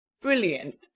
Brilliant